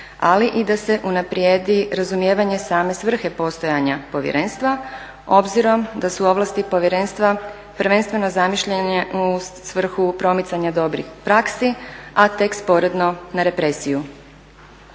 ali i da se unaprijedi razumijevanje same svrhe postojanja povjerenstva, obzirom da su ovlasti povjerenstva prvenstveno zamišljene u svrhu promicanja dobrih praksi, a tek sporedno na represiju.